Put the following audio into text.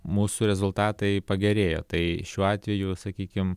mūsų rezultatai pagerėjo tai šiuo atveju sakykim